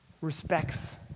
respects